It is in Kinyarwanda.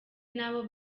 n’abo